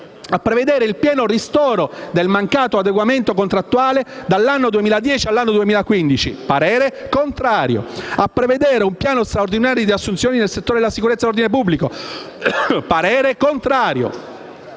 «a prevedere il pieno ristoro del mancato adeguamento contrattuale dall'anno 2010 all'anno 2015»; parere contrario «a prevedere un piano straordinario di assunzioni nel settore della sicurezza e dell'ordine pubblico»; parere contrario